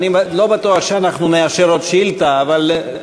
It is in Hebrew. אני לא בטוח שאנחנו נאשר עוד שאילתה אבל,